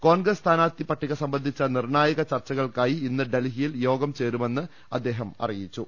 കോൺഗ്രസ് സ്ഥാനാർത്ഥി പട്ടിക സംബന്ധിച്ച നിർണ്ണായക ചർച്ചകൾക്കായി ഇന്ന് ഡൽഹിയിൽ യോഗം ചേരുമെന്ന് അദ്ദേഹം അറിയിച്ചു